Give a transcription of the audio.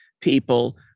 people